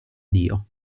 dio